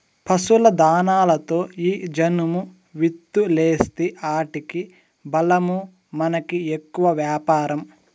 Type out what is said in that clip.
పశుల దాణాలలో ఈ జనుము విత్తూలేస్తీ ఆటికి బలమూ మనకి ఎక్కువ వ్యాపారం